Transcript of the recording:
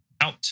out